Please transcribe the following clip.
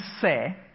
say